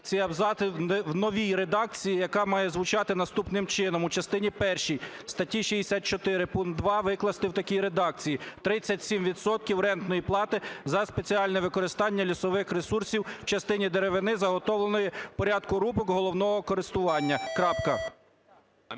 ці абзаци в новій редакції, яка має звучати наступним чином. "У частині першій статті 64 пункт 2 викласти в такій редакції: "37 відсотків рентної плати за спеціальне використання лісових ресурсів у частині деревини, заготовленої в порядку рубок головного користування".